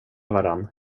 varann